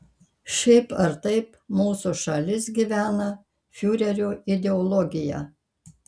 šiaip ar taip mūsų šalis gyvena fiurerio ideologija